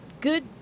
Good